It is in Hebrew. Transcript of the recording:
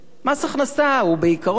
מס הכנסה, בעיקרון,